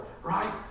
Right